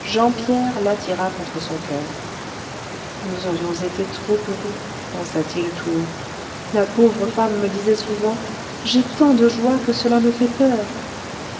jean pierre l'attira contre son coeur nous aurions été trop heureux pensa-t-il tout haut la pauvre femme me disait souvent j'ai tant de joie que cela me fait peur